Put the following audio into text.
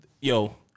Yo